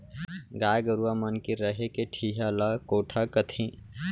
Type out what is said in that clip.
गाय गरूवा मन के रहें के ठिहा ल कोठा कथें